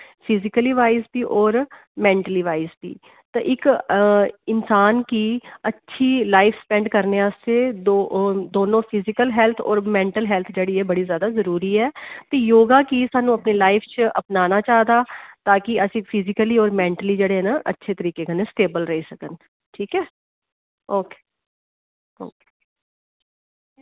physical wise बी होर mentally wise बी ते इक इन्सान गी अच्छी लाईफ स्पैंड करने आस्तै दौ दौनों फिजीकल हेल्थ होर मैंटल हेल्थ जेह्ड़ी बड़ी जादा जरूरी ऐ ते योग गी सानूं अपनी लाईफ च अपनाना चाहिदा ताकि अस फिजीकल होर मैंटली जेह्ड़े न अच्छे तरीके कन्नै स्टेबल रेही सकन ठीक ऐ ओके ओके